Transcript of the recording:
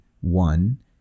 one